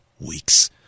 weeks